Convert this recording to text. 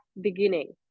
beginning